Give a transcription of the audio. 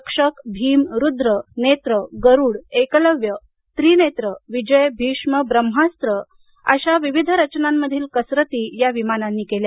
रक्षक भीम रुद्र नेत्र गरुड एकलव्य त्रिनेत्र विजय भीष्म ब्रम्हास्त्र अशा विविध रचनांमधील कसरती या विमानांनी केल्या